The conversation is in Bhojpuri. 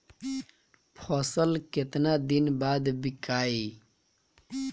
फसल केतना दिन बाद विकाई?